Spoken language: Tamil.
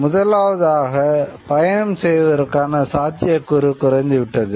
முதலாவதாக பயணம் செய்வதற்கான சாத்தியக்கூறு குறைந்து விட்டது